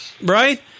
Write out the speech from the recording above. right